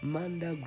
Manda